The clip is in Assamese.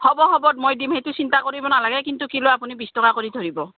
হ'ব হ'ব মই দিম সেইটো চিন্তা কৰিব নালাগে কিন্তু কিলো আপুনি বিছ টকা কৰি ধৰিব